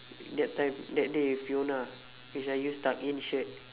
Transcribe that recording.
that time that day with fiona which I use tuck in shirt